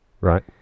Right